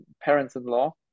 parents-in-law